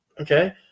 Okay